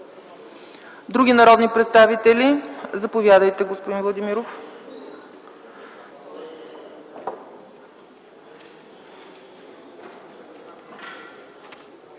Други народни представители? Заповядайте, господин Радославов.